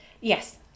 Yes